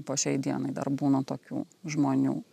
po šiai dienai dar būna tokių žmonių